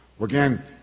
Again